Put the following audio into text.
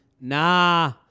Nah